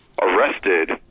Arrested